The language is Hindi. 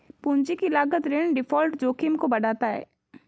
पूंजी की लागत ऋण डिफ़ॉल्ट जोखिम को बढ़ाता है